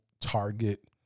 Target